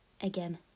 Again